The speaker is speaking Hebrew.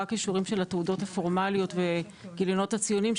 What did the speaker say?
אישורים של התעודות הפורמליות וגיליונות הציונים,